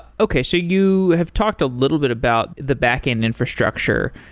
okay. so you have talked a little bit about the backend infrastructure,